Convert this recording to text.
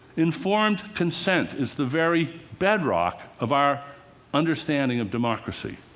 informed consent is the very bedrock of our understanding of democracy.